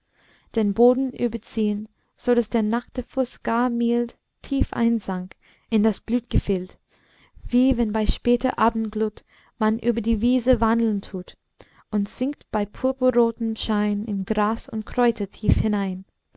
den boden überziehn so daß der nackte fuß gar mild tief einsank in das blütgefild wie wenn bei später abendglut man über die wiese wandeln tut und sinkt bei purpurrotem schein in gras und kräuter tief hinein